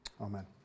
Amen